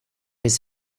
his